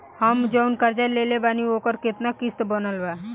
हम जऊन कर्जा लेले बानी ओकर केतना किश्त बनल बा?